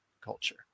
Culture